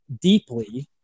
deeply